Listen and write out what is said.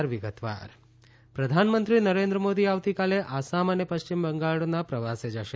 પ્રધાનમંત્રી આસામ પ્રધાનમંત્રી નરેન્દ્ર મોદી આવતીકાલે આસામ અને પશ્ચિમ બંગાળના પ્રવાસે જશે